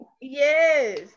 Yes